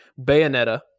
Bayonetta